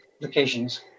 locations